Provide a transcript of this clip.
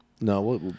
No